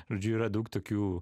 žodžiu yra daug tokių